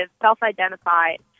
self-identified